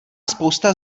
spousta